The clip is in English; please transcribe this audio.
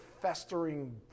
festering